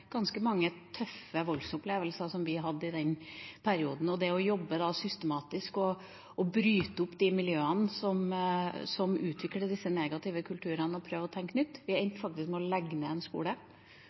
ganske mange tøffe voldsopplevelser i den perioden. Det å jobbe systematisk og bryte opp de miljøene som utvikler disse negative kulturene, og prøve å tenke nytt – vi endte faktisk med å legge ned en